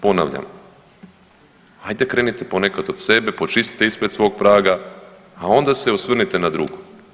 Ponavljam, ajde krenite ponekad od sebe, počistite ispred svog praga, a onda se osvrnite na drugo.